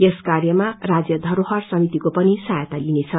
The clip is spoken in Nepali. यस कार्यमा राज्य धरोहर समितिको पनि सहायता लिनेछ